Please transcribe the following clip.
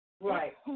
Right